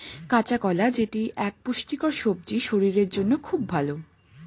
কাঁচা কলা যেটি এক পুষ্টিকর সবজি শরীরের জন্য খুব ভালো